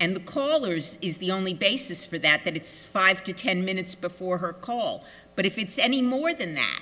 and callers is the only basis for that that it's five to ten minutes before her call but if it's any more than that